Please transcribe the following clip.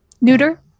neuter